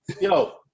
Yo